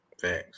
Thanks